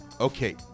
Okay